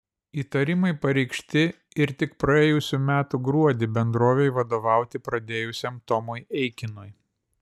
įtarimai pareikšti ir tik praėjusių metų gruodį bendrovei vadovauti pradėjusiam tomui eikinui